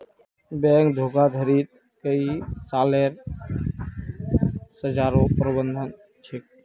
bank धोखाधडीत कई सालेर सज़ारो प्रावधान छेक